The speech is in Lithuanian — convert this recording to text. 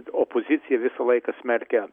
opozicija visą laiką smerkia